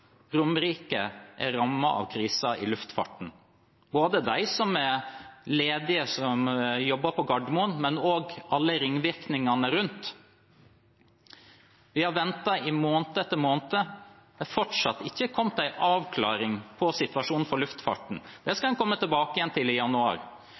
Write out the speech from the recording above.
Romerike er rammet av krisen i luftfarten, både de som er ledige, og som jobbet på Gardermoen, og i form av alle ringvirkningene rundt. Vi har ventet i måned etter måned, men det er fortsatt ikke kommet en avklaring av situasjonen for luftfarten. Det